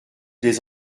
les